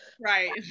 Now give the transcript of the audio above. Right